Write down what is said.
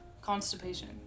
constipation